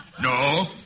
No